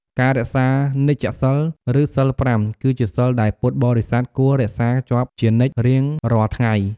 ការរក្សានិច្ចសីល ឬសីល ៥ គឺជាសីលដែលពុទ្ធបរិស័ទគួររក្សាជាប់ជានិច្ចរៀងរាល់ថ្ងៃ។